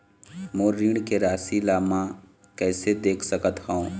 मोर ऋण के राशि ला म कैसे देख सकत हव?